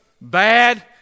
bad